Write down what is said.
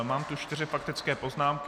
Mám tu čtyři faktické poznámky.